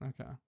Okay